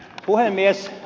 puhemies